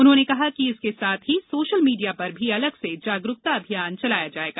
उन्होंने कहा कि साथ ही सोशल मीडिया पर भी अलग से जागरूकता अभियान चलाया जायेगा